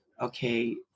okay